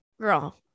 girl